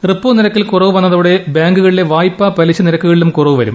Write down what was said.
repo നിരക്കിൽ കുറവ് ്വന്നതോടെ ബാങ്കുകളിലെ വായ്പാ പലിശ നിരക്കുകളിലും കുറവും വരും